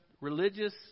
religious